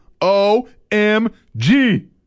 O-M-G